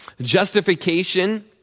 Justification